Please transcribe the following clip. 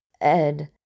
Ed